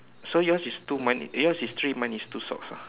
so yours is two mine eh yours is three mine is two socks ah